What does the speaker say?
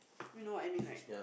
you know what I mean right